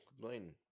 complaining